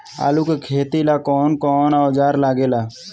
आलू के खेती ला कौन कौन औजार लागे ला?